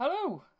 Hello